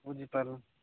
ବୁଝିପାରିଲ